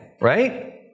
right